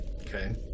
Okay